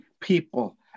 people